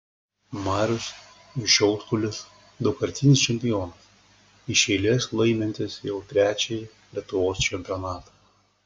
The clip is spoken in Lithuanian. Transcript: marius šiaudkulis daugkartinis čempionas iš eilės laimintis jau trečiąjį lietuvos čempionatą